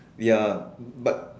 ya but